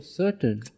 certain